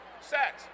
Set